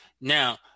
Now